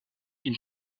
une